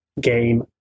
game